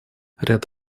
ряд